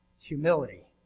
Humility